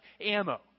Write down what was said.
ammo